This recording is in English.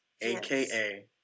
aka